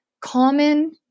Common